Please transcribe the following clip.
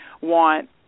want